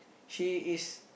she is